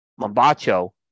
Mambacho